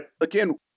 again